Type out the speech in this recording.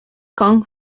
kong